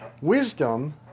Wisdom